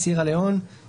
סיירה לאון,